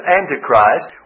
Antichrist